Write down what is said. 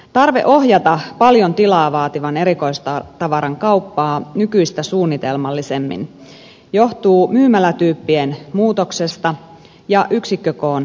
tarve ohjata paljon tilaa vaativan erikoistavaran kauppaa nykyistä suunnitelmallisemmin johtuu myymälätyyppien muutoksesta ja yksikkökoon kasvusta